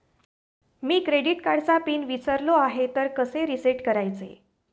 मी credit कार्डचा pin विसरलो आहे तर कसे रीसेट करायचे?